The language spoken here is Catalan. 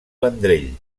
vendrell